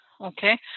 okay